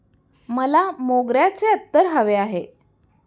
मला मोगऱ्याचे अत्तर हवे आहे